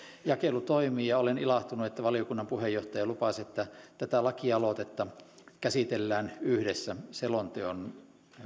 jakelu toimii ja olen ilahtunut että valiokunnan puheenjohtaja lupasi että tätä lakialoitetta käsitellään yhdessä selonteon